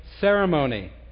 ceremony